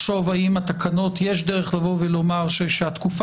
לחשוב האם בתקנות יש דרך לבוא ולומר שהתקופה